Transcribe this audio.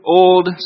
old